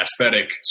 aesthetic